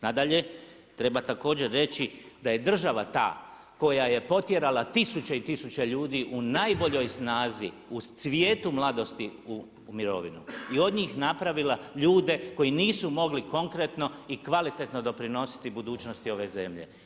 Nadalje, treba također reći da je država ta koja je potjerala tisuće i tisuće ljudi u najboljoj snazi, u cvijetu mladosti u mirovinu i od njih napravila ljude koji nisu mogli konkretno i kvalitetno doprinositi budućnosti ove zemlje.